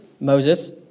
Moses